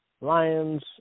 Lions